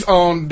on